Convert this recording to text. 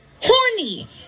Horny